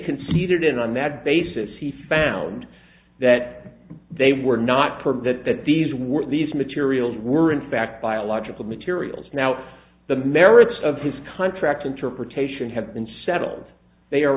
conceded in on that basis he found that they were not part of that that these were these materials were in fact biological materials now the merits of his contract interpretation have been settled the